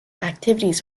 activities